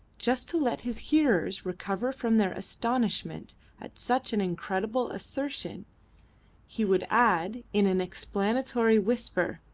just to let his hearers recover from their astonishment at such an incredible assertion he would add in an explanatory whisper,